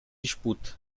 disputa